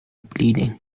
bleeding